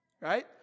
right